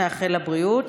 נאחל לה בריאות.